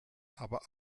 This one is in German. aber